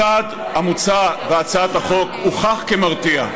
הצעד המוצע בהצעת החוק הוכח כמרתיע,